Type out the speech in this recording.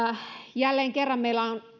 jälleen kerran meillä on